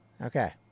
Okay